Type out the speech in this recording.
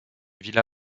villa